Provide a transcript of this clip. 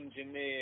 engineer